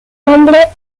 nombre